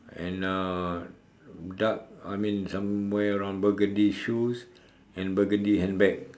and uh dark I mean somewhere around burgundy shoes and burgundy handbag